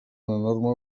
enorme